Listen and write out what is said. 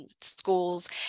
schools